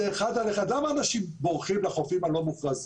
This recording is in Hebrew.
למה אנשים בורחים לחופים הלא-מוכרזים?